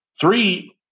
Three